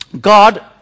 God